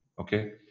okay